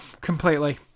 completely